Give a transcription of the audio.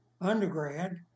undergrad